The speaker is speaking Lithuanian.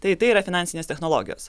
tai tai yra finansinės technologijos